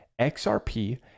XRP